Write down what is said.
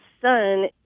son